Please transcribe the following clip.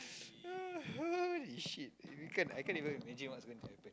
holy shit I can't even imagine what's going to happen